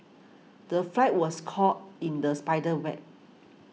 the fly was caught in the spider's web